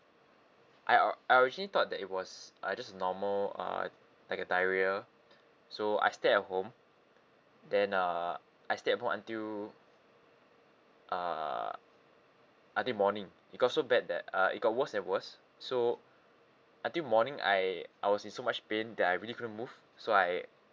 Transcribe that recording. I or~ I originally thought that it was uh just a normal uh like a diarrhoea so I stayed at home then uh I stayed at home until err until morning it got so bad that uh it got worse and worse so until morning I I was in so much pain that I really couldn't move so I